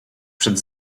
przed